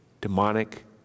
demonic